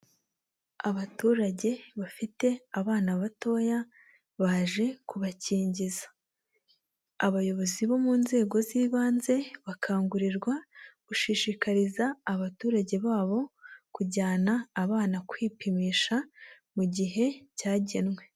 Abaturage bafite abana batoya baje kubakingiza, abayobozi bo mu nzego z'ibanze bakangurirwa gushishikariza abaturage babo kujyana abana kwipimisha mu gihe cyagenwe.